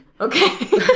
okay